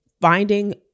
finding